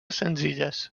senzilles